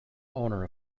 owner